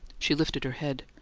she lifted her head.